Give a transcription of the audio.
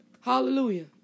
Hallelujah